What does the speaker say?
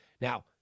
Now